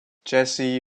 jessie